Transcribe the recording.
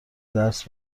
درس